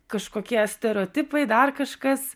kažkokie stereotipai dar kažkas